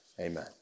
amen